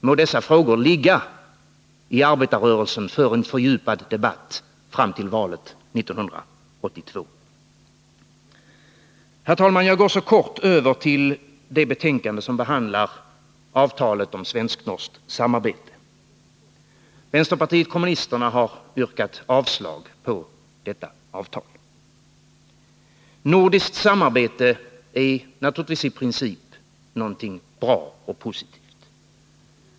Må dessa frågor ligga i arbetarrörelsen för en fördjupad debatt fram till valet 1982. Herr talman! Jag går så över till att kort beröra det betänkande som behandlar avtalet om svensk-norskt samarbete. Vänsterpartiet kommunisterna har yrkat avslag på detta avtal. Nordiskt samarbete är naturligtvis i princip någonting bra och positivt.